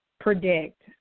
predict